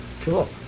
Cool